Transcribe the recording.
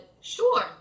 sure